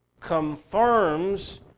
confirms